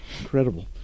Incredible